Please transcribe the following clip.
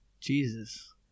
Jesus